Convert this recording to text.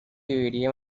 viviría